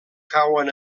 cauen